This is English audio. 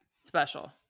special